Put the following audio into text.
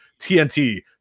TNT